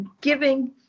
giving